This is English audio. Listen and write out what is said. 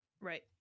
Right